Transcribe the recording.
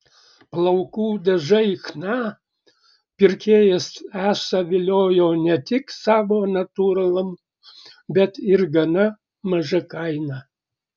plaukų dažai chna pirkėjas esą viliojo ne tik savo natūralumu bet ir gana maža kaina